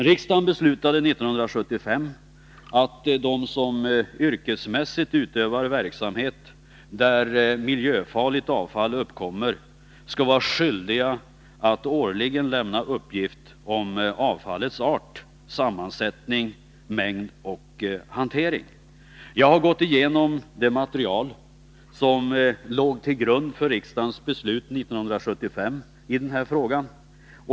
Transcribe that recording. Riksdagen beslutade 1975 att de som yrkesmässigt utövar verksamhet där miljöfarligt avfall uppkommer skall vara skyldiga att årligen lämna uppgift om avfallets art, sammansättning, mängd och hantering. Jag har gått igenom det material som låg till grund för riksdagens beslut 1975 i denna fråga.